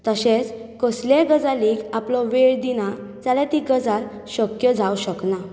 तशेंच कसलेंय गजालीक आपलो वेळ दिना जाल्या ती गजाल शक्य जावंक शकना